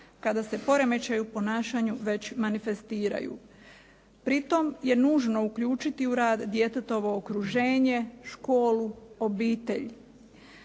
kada se poremećaji u ponašanju već manifestiraju. Pri tom je nužno uključiti u rad djetetovo okruženje, školu, obitelj.